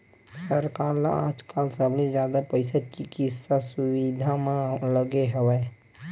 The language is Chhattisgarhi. सरकार ल आजकाल सबले जादा पइसा चिकित्सा सुबिधा म लगे हवय